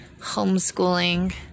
homeschooling